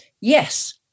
Yes